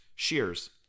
Shears